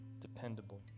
dependable